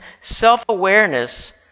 self-awareness